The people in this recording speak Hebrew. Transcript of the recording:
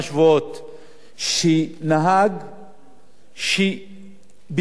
שביצע תאונת פגע-וברח והרג אדם